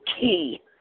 Key